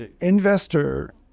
investor